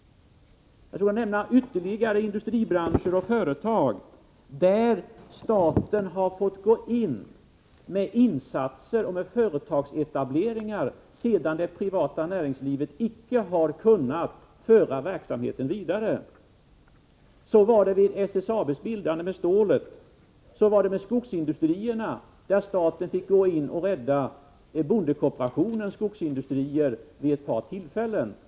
Jag skulle kunna nämna ytterligare industribranscher och företag där staten har fått gå in med insatser och företagsetableringar sedan det privata näringslivet icke kunnat föra verksamheten vidare. Så var det på stålområdet genom SSAB:s bildande. Så var det med skogsindustrierna. Staten fick gå in och rädda bondekooperationens skogsindustrier vid ett par tillfällen.